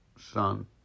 son